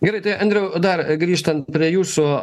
gerai tai andriau dar grįžtant prie jūsų